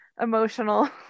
emotional